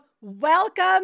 Welcome